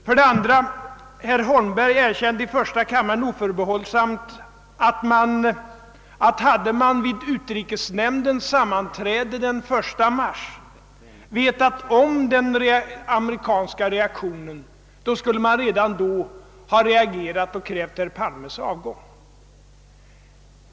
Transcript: För det andra: Herr Holmberg erkände i första kammaren oförbehållsamt att om man vid utrikesnämndens sammanträde den 1 mars hade veiat om den amerikanska reaktionen, så skulle man redan då ha reagerat och krävt herr Palmes avgång.